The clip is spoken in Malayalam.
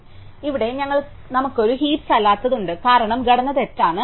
ഇവിടെ നമുക്ക് ഒരു ഹീപ്സ് അല്ലാത്തത് ഉണ്ട് കാരണം ഘടന തെറ്റാണ്